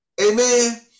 Amen